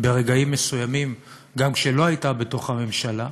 ברגעים מסוימים גם כשלא הייתה בתוך הממשלה,